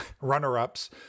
runner-ups